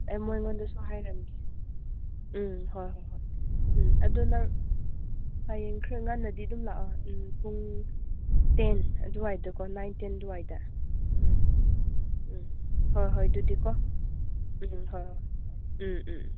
ꯑꯦ ꯃꯣꯏꯉꯣꯟꯗꯁꯨ ꯍꯥꯏꯔꯝꯒꯦ ꯎꯝ ꯍꯣꯏ ꯍꯣꯏ ꯍꯣꯏ ꯎꯝ ꯑꯗꯨ ꯅꯪ ꯍꯌꯦꯡ ꯈꯔ ꯉꯟꯅꯗꯤ ꯑꯗꯨꯝ ꯂꯥꯛꯑꯣ ꯄꯨꯡ ꯇꯦꯟ ꯑꯗꯨꯋꯥꯏꯗꯀꯣ ꯅꯥꯏꯟ ꯇꯦꯟ ꯑꯗꯨꯋꯥꯏꯗ ꯎꯝ ꯎꯝ ꯍꯣꯏ ꯍꯣꯏ ꯑꯗꯨꯗꯤꯀꯣ ꯎꯝ ꯍꯣꯏ ꯍꯣꯏ ꯍꯣꯏ ꯎꯝ ꯎꯝ ꯎꯝ